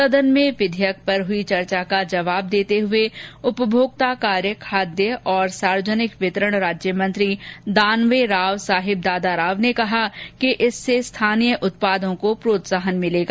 सदन में विधेयक पर हुई चर्चा का जवाब देते हुए उपभोक्ता कार्य खाद्य और सार्वजनिक वितरण राज्यमंत्री दानवे राव साहिब दादाराव ने कहा कि इससे स्थानीय उत्पादों को प्रोत्साहन मिलेगा